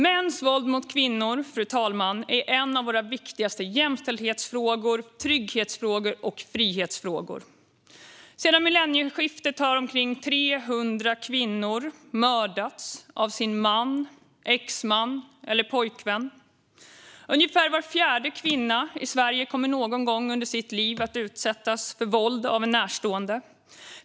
Mäns våld mot kvinnor är en av våra viktigaste jämställdhetsfrågor, trygghetsfrågor och frihetsfrågor. Sedan millennieskiftet har omkring 300 kvinnor mördats av sin man, exman eller pojkvän. Ungefär var fjärde kvinna i Sverige kommer någon gång under sitt liv att utsättas för våld av en närstående.